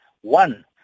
One